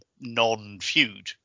non-feud